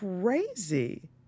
crazy